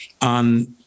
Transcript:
on